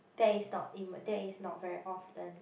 that is not that is not very often